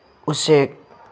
ꯎꯆꯦꯛ